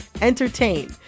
entertain